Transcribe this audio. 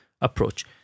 approach